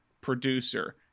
producer